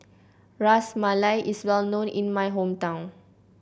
Ras Malai is well known in my hometown